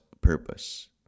purpose